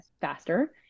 faster